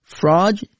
Fraud